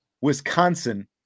Wisconsin